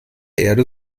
erde